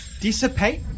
dissipate